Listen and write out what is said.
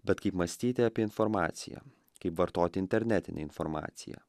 bet kaip mąstyti apie informaciją kaip vartoti internetinę informaciją